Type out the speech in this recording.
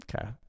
Okay